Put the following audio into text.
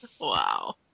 Wow